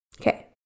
Okay